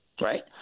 Right